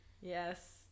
Yes